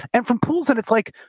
and from pools and it's like,